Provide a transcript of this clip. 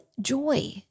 Joy